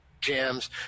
jams